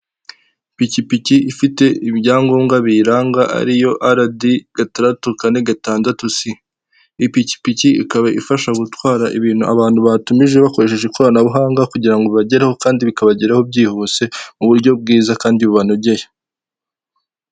Ipikipiki ifite ibyangombwa biyiranga ariyo RD gataratu, kane, gatandatu C,ipikipiki ikaba ifasha gutwara ibintu abantu batumije bakoresheje ikoranabuhanga kugira bagereho kandi bikabageraho byihuse mu buryo bwiza kandi bubanogeye.